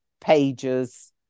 pages